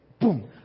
boom